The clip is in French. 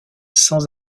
sans